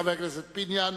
חבר הכנסת פיניאן.